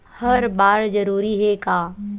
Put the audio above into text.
हर बार जरूरी हे का?